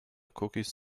cookies